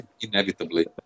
Inevitably